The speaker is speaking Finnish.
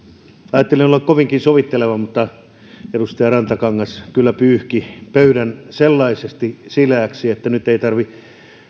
ajattelin olla kovinkin sovitteleva mutta edustaja rantakangas kyllä pyyhki pöydän sellaisesti sileäksi että nyt ei tarvitse